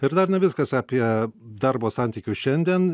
ir dar ne viskas apie darbo santykius šiandien